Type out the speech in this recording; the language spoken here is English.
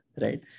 right